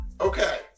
Okay